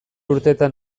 urtetan